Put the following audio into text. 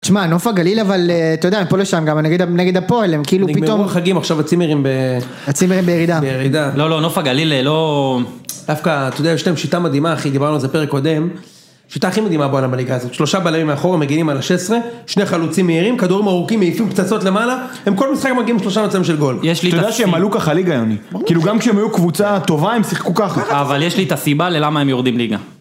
תשמע, נוף הגליל אבל, אתה יודע, הם פה לא שם גם, נגד הפועל, הם כאילו פתאום... הם נגמרו החגים עכשיו הצימרים ב... הצימרים בירידה. בירידה. לא, לא, נוף הגליל, לא... דווקא, אתה יודע, יש להם שיטה מדהימה, אחי, דיברנו על זה פרק קודם, שיטה הכי מדהימה בעולם בליגה הזאת, שלושה בלמים מאחורה מגינים על השש-עשרה, שני חלוצים מהירים, כדורים ארוכים מעיפים פצצות למעלה, הם כל משחק מגיעים לשלושה מצבים של גול. אתה יודע שהם עלו ככה ליגה, יוני. כאילו גם כשהם היו קבוצה טובה, הם שיחקו ככה. אבל יש לי את הסיבה ללמה הם יורדים ליגה.